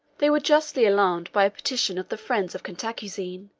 they were justly alarmed by a petition of the friends of cantacuzene,